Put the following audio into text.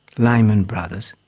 lehman brothers,